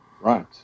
Right